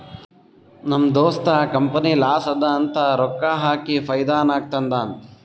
ನಮ್ ದೋಸ್ತ company loss ಅದಾ ಅಂತ ರೊಕ್ಕಾ ಹಾಕಿ ಫೈದಾ ನಾಗ್ ತಂದಾನ್